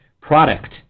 product